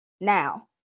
now